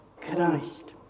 Christ